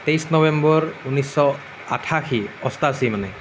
তেইছ নৱেম্বৰ ঊনৈছশ আঠাশী অষ্টাশী মানে